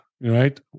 Right